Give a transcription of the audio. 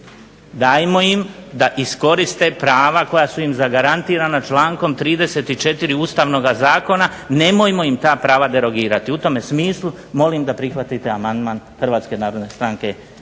Dajmo im da iskoriste prava koja su im zagarantirana člankom 34. Ustavnog zakona, nemojmo im ta prava derogirati. U tome smislu molim da prihvatite amandman HNS-a i HSU-a.